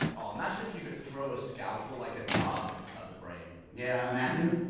imagine if you could throw a scalpel like a dart, and cut the brain yeah, i imagine